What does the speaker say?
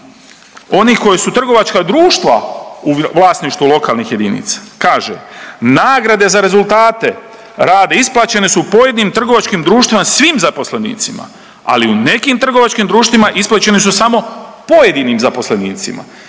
onih koji su trgovačka društva u vlasništvu lokalnih jedinica. Kaže: „Nagrade za rezultate rada isplaćene su pojedinim trgovačkim društvima svim zaposlenicima, ali u nekim trgovačkim društvima isplaćene su samo pojedinim zaposlenicima